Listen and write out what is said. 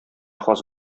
хас